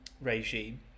regime